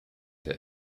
der